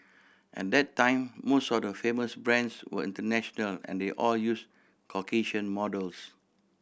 at that time most of the famous brands were international and they all used Caucasian models